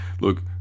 Look